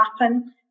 happen